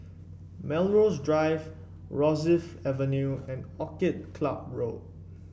Melrose Drive Rosyth Avenue and Orchid Club Road